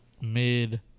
mid